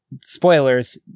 spoilers